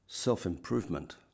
self-improvement